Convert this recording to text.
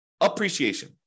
appreciation